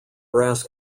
brass